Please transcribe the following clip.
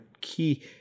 key